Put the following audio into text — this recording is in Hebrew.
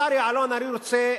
השר יעלון, אני רוצה